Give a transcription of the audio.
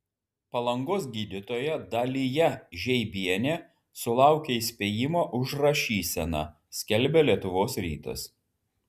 palangos gydytoja dalija žeibienė sulaukė įspėjimo už rašyseną skelbia lietuvos rytas